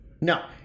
No